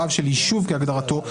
רב של יישוב כהגדרתו,